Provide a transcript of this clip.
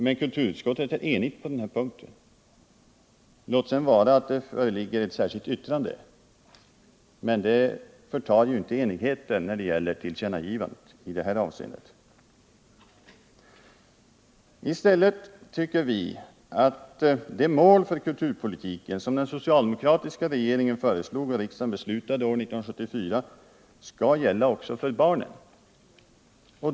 Men kulturutskottet är enigt på denna punkt. Låt sedan vara att ett särskilt yttrande föreligger. Det förtar inte enigheten om tillkännagivandet i detta avseende. Vi tycker att de mål för kulturpolitiken som den socialdemokratiska regeringen föreslog och riksdagen beslutade 1974 skall gälla också för barnen.